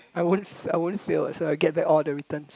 I won't I won't feel so I get back all the returns